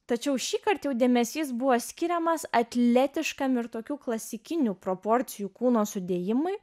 tačiau šįkart jau dėmesys buvo skiriamas atletiškam ir tokių klasikinių proporcijų kūno sudėjimui